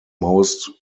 most